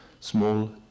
small